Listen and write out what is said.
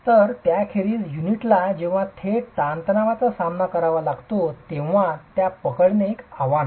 तर त्याखेरीज युनिटला जेव्हा थेट ताणतणावाचा सामना करावा लागतो तेव्हा त्या पकडणे एक आव्हान आहे